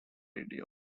radio